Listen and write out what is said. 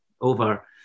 over